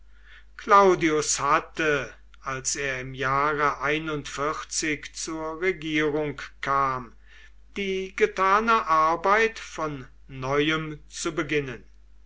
claudius hatte als er im jahre zur regierung kam die getane arbeit von neuem zu beginnen